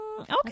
Okay